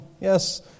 Yes